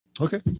Okay